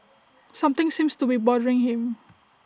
something seems to be bothering him